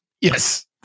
Yes